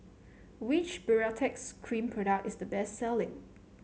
which Baritex Cream product is the best selling